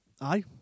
Aye